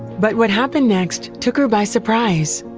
but what happened next took her by surprise.